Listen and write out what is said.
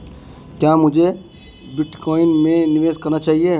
क्या मुझे बिटकॉइन में निवेश करना चाहिए?